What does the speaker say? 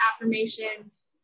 affirmations